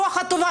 ברוח טובה,